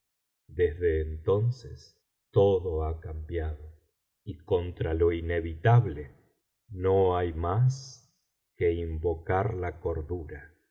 desde entonces todo lia cambiado y contra lo inevitable no hay mas que invocar la cordura